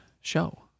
show